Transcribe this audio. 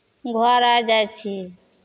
घर आइ जाइ छी